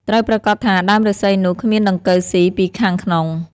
ត្រូវប្រាកដថាដើមឫស្សីនោះគ្មានដង្កូវស៊ីពីខាងក្នុង។